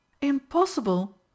Impossible